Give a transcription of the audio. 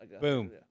Boom